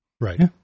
right